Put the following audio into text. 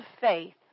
faith